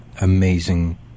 amazing